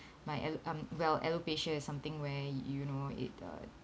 my alo~ um well alopecia is something where y~ you know it uh